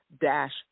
dash